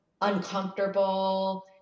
uncomfortable